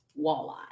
walleye